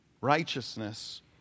righteousness